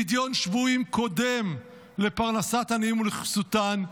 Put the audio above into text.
"פדיון שבויים קודם לפרנסת עניים ולכסותן,